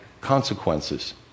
consequences